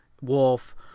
wolf